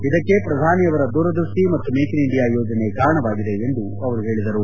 ಇದಕ್ಕೆ ಪ್ರಧಾನಿ ಅವರ ದೂರದೃಷ್ಟಿ ಮತ್ತು ಮೇಕ್ ಇನ್ ಇಂಡಿಯಾ ಯೋಜನೆ ಕಾರಣವಾಗಿದೆ ಎಂದು ಅವರು ಹೇಳಿದರು